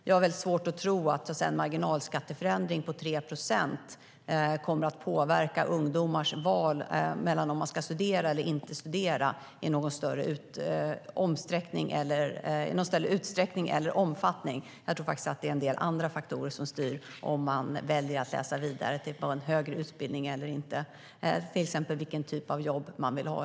Jag har väldigt svårt att tro att en marginalskatteförändring på 3 procent i någon större utsträckning eller omfattning kommer att påverka ungdomars val mellan att studera eller inte studera. Jag tror att det är en del andra faktorer som styr om man väljer att läsa vidare på en högre utbildning eller inte, till exempel vilken typ av jobb man vill ha.